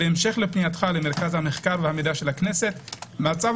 בהמשך לפנייתך למרכז המחקר והמידע של הכנסת מצ"ב